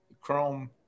Chrome